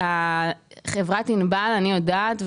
חברת ענבל אני יודעת,